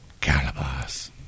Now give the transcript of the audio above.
Calabas